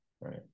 right